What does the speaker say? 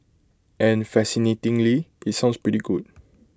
and fascinatingly IT sounds pretty good